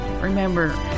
Remember